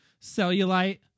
cellulite